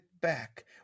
back